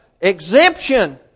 exemption